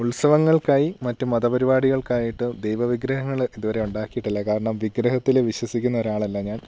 ഉത്സവങ്ങൾക്കായി മറ്റ് മതപരിപാടികൾക്കായിട്ടോ ദൈവ വിഗ്രഹങ്ങള് ഇതുവരെ ഉണ്ടാക്കിയിട്ടില്ല കാരണം വിഗ്രഹത്തില് വിശ്വസിക്കുന്നൊരാളല്ല ഞാൻ